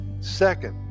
second